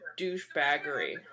douchebaggery